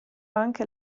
anche